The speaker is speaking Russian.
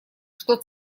что